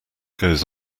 goes